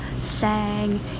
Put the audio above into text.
sang